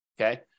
Okay